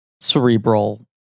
cerebral